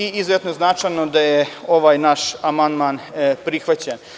Izuzetno je značajno da je ovaj naš amandman prihvaćen.